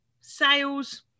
sales